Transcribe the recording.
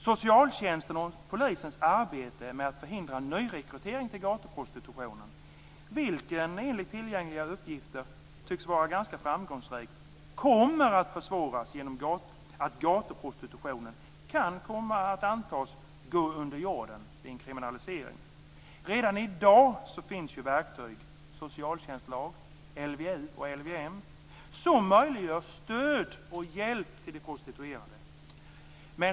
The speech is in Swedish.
Socialtjänstens och polisens arbete med att förhindra nyrekrytering till gatuprostitutionen, vilket enligt tillgängliga uppgifter tycks vara ganska framgångsrikt, kommer att försvåras genom att gatuprostitutionen kan antas komma att gå under jorden vid en kriminalisering. Redan i dag finns verktyg - socialtjänstlag, LVU och LVM - som möjliggör stöd och hjälp till de prostituerade.